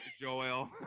Joel